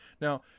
now